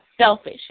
selfish